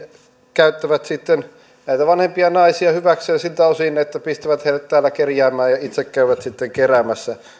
käyttävät sitten näitä vanhempia naisia hyväkseen siltä osin että pistävät heidät täällä kerjäämään ja itse käyvät sitten keräämässä